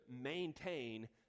maintain